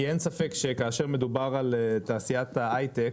כי, אין ספק, שכאשר מדובר על תעשיית ההיי-טק